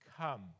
come